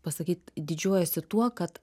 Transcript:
pasakyt didžiuojuosi tuo kad